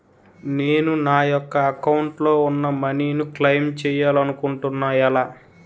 నేను నా యెక్క అకౌంట్ లో ఉన్న మనీ ను క్లైమ్ చేయాలనుకుంటున్నా ఎలా?